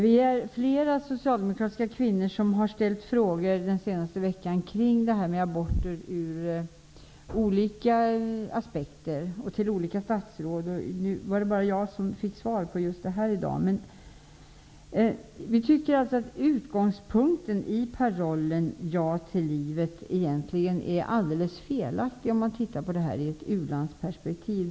Vi är flera socialdemokratiska kvinnor som den senaste veckan har ställt frågor kring aborter, ur olika aspekter och till olika statsråd. Nu var det bara jag som fick svar just i dag. Vi tycker alltså att utgångspunkten i parollen Ja till livet egentligen är alldeles felaktig, om man ser på detta ur ett u-landsperspektiv.